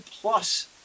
plus